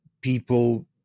people